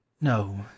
No